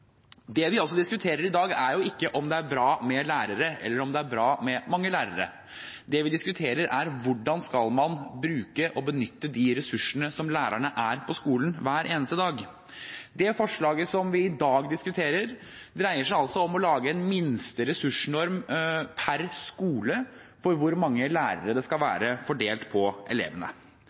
Det vi altså diskuterer i dag, er ikke om det er bra med lærere eller om det er bra med mange lærere. Det vi diskuterer, er hvordan man skal bruke og benytte de ressursene som lærerne er på skolen hver eneste dag. Det forslaget som vi i dag diskuterer, dreier seg altså om å lage en minste ressursnorm per skole for hvor mange lærere det skal være, fordelt på elevene.